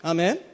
Amen